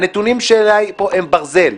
הנתונים שלי פה הם ברזל.